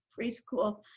preschool